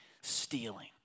stealing